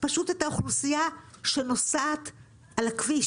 פשוט את האוכלוסייה שנוסעת על הכביש.